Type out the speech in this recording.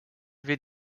wir